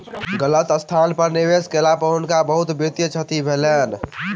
गलत स्थान पर निवेश केला पर हुनका बहुत वित्तीय क्षति भेलैन